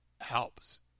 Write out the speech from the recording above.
helps